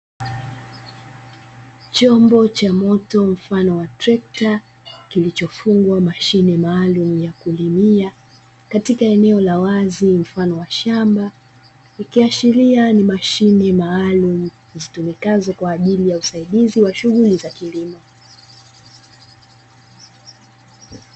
chombo cha moto mfano wa trekta kilichofungwa mashine maalumu ya kulimia katika eneo la wazi mfano wa shamba , ikiashiria ni mashine maalumu zitumikazo kwa ajili ya usaidizi wa shughuli za kilimo.